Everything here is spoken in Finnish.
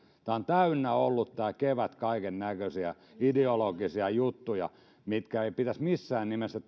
kevät on ollut täynnä kaikennäköisiä ideologisia juttuja joiden ei pitäisi missään nimessä